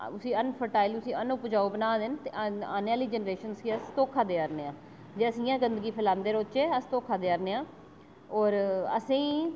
उसी इनफर्टाइल उसी अनउपजाऊ बना दे न ते औने आह्ली जेनरेशन गी अस धोक्खा देआ ने आं जे अस इ'यां गंदगी फलांदे रौह्चै अस धोक्खा देआ ने आं और असें गी